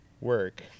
Work